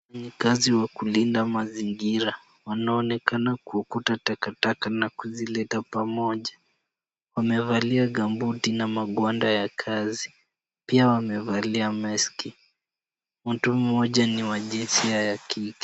Wafanyikazi wa kulinda mazingira, wanaonekana kuokota takataka na kuzileta pamoja. Wamevalia gambuti na magwanda ya kazi, pia wamevalia meski. Mtu mmoja ni wa jinsia ya kike.